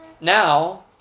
now